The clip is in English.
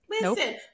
Listen